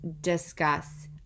discuss